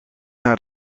naar